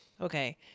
Okay